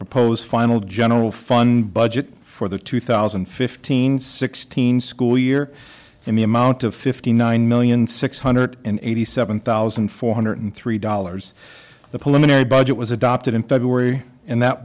proposed final general fund budget for the two thousand and fifteen sixteen school year in the amount of fifty nine million six hundred eighty seven thousand four hundred three dollars the polygamy budget was adopted in february and that